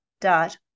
dot